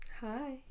Hi